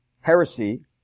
heresy